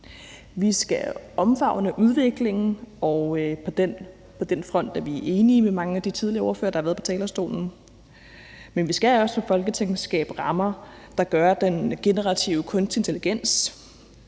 Vi skal omfavne udviklingen, og på den front er vi enige med mange af de tidligere ordførere, der har været på talerstolen, men vi skal også fra Folketingets side skabe rammer, der gør, at den generative kunstige intelligens